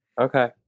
Okay